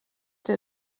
der